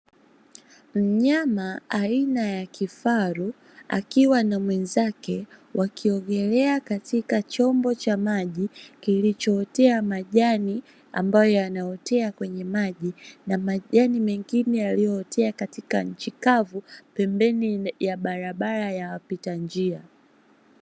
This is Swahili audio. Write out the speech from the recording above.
Mnyama aina ya kifaru akiwa na mwenzake, wakiogelea katika chombo cha maji kilichootea majani, ambayo yanaotea kwenye maji na majani mengine yaliyootea katika nchi kavu, pembeni ya barbara ya wapita njia.